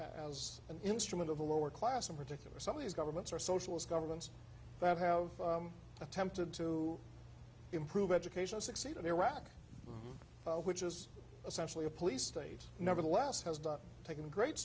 as an instrument of the lower class in particular some of these governments are socialist governments that have attempted to improve education to succeed in iraq which is essentially a police state nevertheless has done taken great